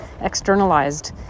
externalized